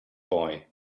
boy